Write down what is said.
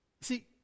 See